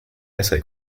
essay